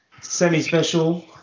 semi-special